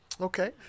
Okay